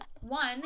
one